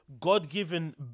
God-given